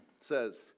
says